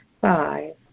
Five